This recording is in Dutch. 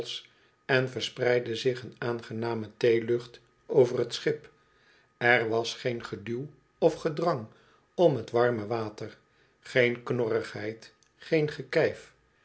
en verspreidde zich een aangename theelucht over t schip er was geen geduw of gedrang om t warme water geen knorrigheid geen gekijf